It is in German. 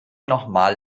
nochmal